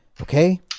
okay